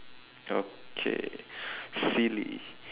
okay silly